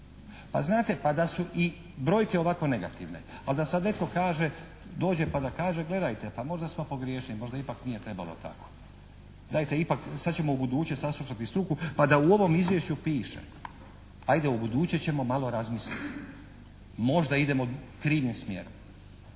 Pa znate, pa da su i brojke ovako negativne, ali da sad netko kaže, dođe pa da kaže, gledajte, pa možda smo pogriješili, možda ipak nije trebalo tako. Dajte ipak, sad ćemo ubuduće saslušati struku pa da u ovom Izvješću piše, ajde ubuduće ćemo malo razmisliti. Možda idemo krivim smjerom.